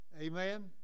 Amen